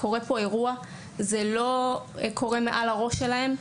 קורה פה אירוע שלא קורה מעל הראש שלהם,